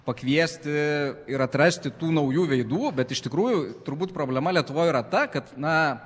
pakviesti ir atrasti tų naujų veidų bet iš tikrųjų turbūt problema lietuvoj yra ta kad na